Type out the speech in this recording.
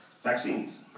Vaccines